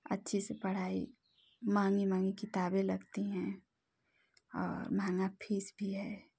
अच्छी सी पढ़ाई महंगी महंगी किताबें लगती हैं और महंगा फीस भी है